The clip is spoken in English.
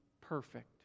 perfect